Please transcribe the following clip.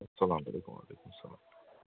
اسلام علیکم وعلیکُم سَلام